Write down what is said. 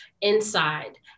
inside